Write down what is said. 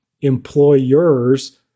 employers